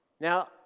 Now